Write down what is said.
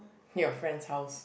your friend's house